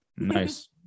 nice